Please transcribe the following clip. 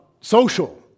social